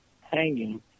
hanging